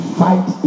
fight